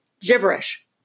Gibberish